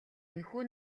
энэхүү